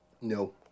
No